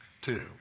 two